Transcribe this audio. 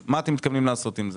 מה אתם מתכוונים לעשות עם זה?